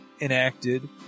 enacted